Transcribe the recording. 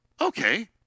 okay